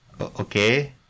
Okay